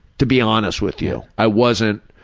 to be honest with you. i wasn't,